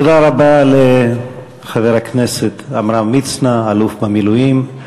תודה רבה לחבר הכנסת עמרם מצנע, אלוף במילואים.